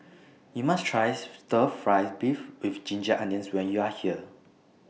YOU must Try Stir Fry Beef with Ginger Onions when YOU Are here